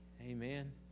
Amen